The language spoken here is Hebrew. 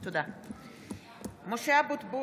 (קוראת בשמות חברי הכנסת) משה אבוטבול,